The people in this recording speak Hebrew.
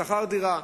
שכר דירה.